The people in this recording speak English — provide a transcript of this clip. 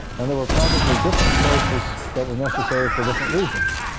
and there were probably different choices that were necessary for different regions